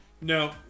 No